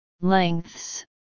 lengths